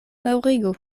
daŭrigu